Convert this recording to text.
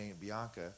Bianca